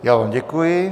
Já vám děkuji.